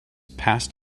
past